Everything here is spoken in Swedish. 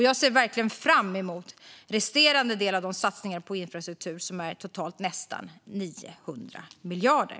Jag ser verkligen fram emot resterande delar av de satsningar på infrastruktur som totalt är på nästan 900 miljarder.